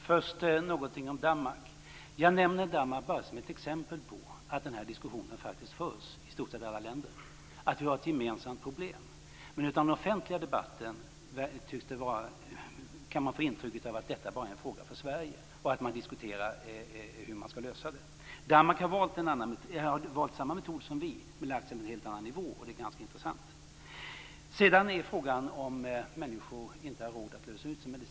Herr talman! Jag nämnde Danmark bara som ett exempel på att den här diskussionen faktiskt förs i stort sett i alla länder, alltså på att vi har ett gemensamt problem. Men av den offentliga debatten kan man få intrycket att detta med att man diskuterar en lösning är en fråga bara för Sverige. Danmark har valt samma metod som vi men på en helt annan nivå; det är ganska intressant. Sedan har vi frågan om människor inte har råd att lösa ut sin medicin.